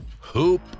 Hoop